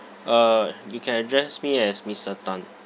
uh you can address me as mister tan